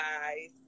guys